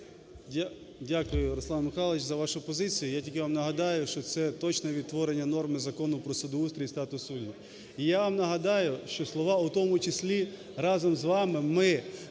Дякую, Руслан Михайлович, за вашу позицію. Я тільки вам нагадаю, що це точне відтворення норми Закону "Про судоустрій і статус суддів". І я вам нагадаю, що слова "у тому числі" разом з вами ми